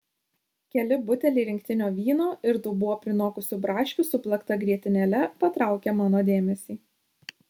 keli buteliai rinktinio vyno ir dubuo prinokusių braškių su plakta grietinėle patraukia mano dėmesį